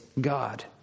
God